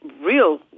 real